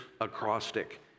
acrostic